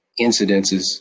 incidences